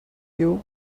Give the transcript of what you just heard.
you